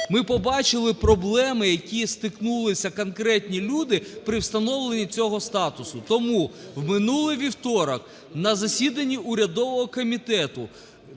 ми побачили проблеми, які стикнулися конкретні люди при встановленні цього статусу. Тому в минулий вівторок на засіданні урядового комітету